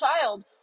child